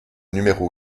numéro